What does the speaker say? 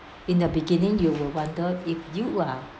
in the beginning you will wonder if you are